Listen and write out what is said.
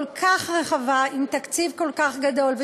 כל כך רחבה, עם תקציב כל כך גדול.